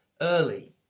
early